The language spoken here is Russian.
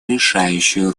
решающую